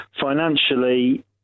Financially